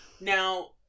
Now